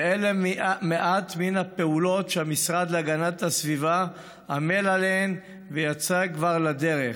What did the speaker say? ואלה מעט מן הפעולות שהמשרד להגנת הסביבה עמל עליהן ויצאו כבר לדרך: